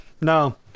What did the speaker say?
No